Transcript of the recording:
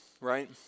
right